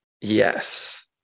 yes